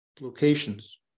locations